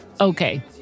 Okay